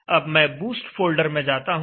अब मैं boost folder में जाता हूं